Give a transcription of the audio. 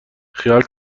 خیال